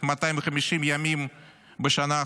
250 ימים בשנה האחרונה,